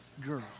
girl